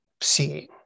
seeing